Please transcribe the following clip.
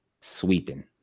Sweeping